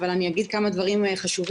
אבל אני אגיד כמה דברים חשובים.